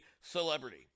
celebrity